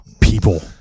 people